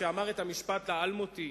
אמר את המשפט האלמותי: